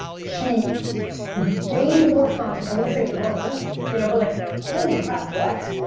she gained more context. i wouldn't say learned you know but like holy crap, what?